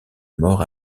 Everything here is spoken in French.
mort